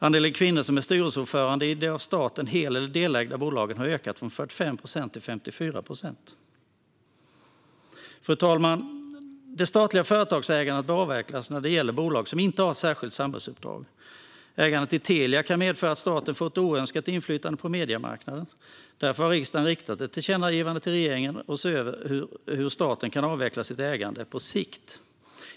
Andelen kvinnor som är styrelseordförande i de av staten hel eller delägda bolagen har ökat från 45 procent till 54 procent. Fru talman! Det statliga företagsägandet bör avvecklas när det gäller bolag som inte har ett särskilt samhällsuppdrag. Ägandet i Telia kan medföra att staten får ett oönskat inflytande på mediemarknaden. Därför har riksdagen riktat ett tillkännagivande till regeringen om att se över hur staten kan avveckla sitt ägande på sikt.